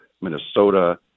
Minnesota